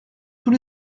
tous